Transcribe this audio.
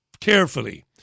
carefully